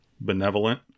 benevolent